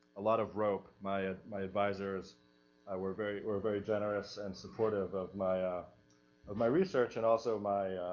a lot of rope. my ah my advisors were very, were very generous and supportive of my, ah of my research and also my,